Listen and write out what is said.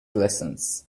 lessons